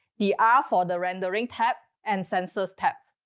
the r for the rendering tab and sensors tab.